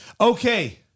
Okay